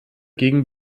gegen